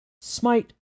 Smite